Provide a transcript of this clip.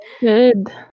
Good